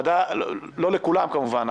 לא לכולם, כמובן.